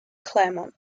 clermont